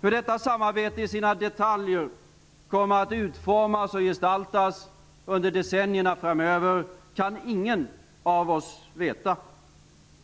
Hur detta samarbete kommer att utformas i sina detaljer och gestaltas under decennierna framöver kan ingen av oss veta.